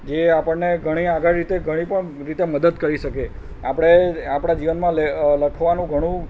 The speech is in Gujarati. જે આપણને ઘણી આગળ રીતે ઘણી પણ રીતે મદદ કરી શકે આપણે આપણાં જીવનમાં લખવાનું ઘણું